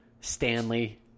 Stanley